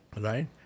Right